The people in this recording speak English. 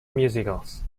musicals